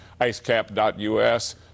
icecap.us